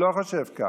לא חושב כך.